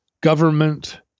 government